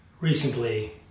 recently